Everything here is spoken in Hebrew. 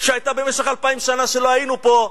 שהיתה במשך אלפיים שנה שלא היינו פה,